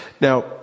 Now